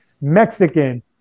Mexican